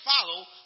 follow